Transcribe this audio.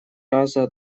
раза